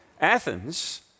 Athens